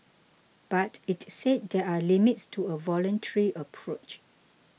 but it said there are limits to a voluntary approach